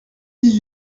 dix